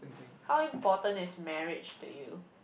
how important is marriage to you